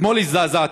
אתמול הזדעזעתי,